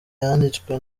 yanditswe